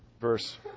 Verse